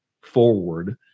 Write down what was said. Forward